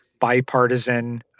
bipartisan